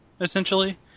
essentially